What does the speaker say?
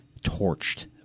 torched